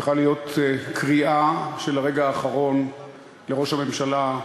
צריכה להיות קריאה של הרגע האחרון לראש הממשלה,